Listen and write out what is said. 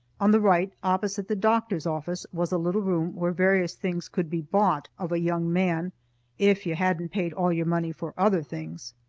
on the right, opposite the doctor's office, was a little room where various things could be bought of a young man if you hadn't paid all your money for other things.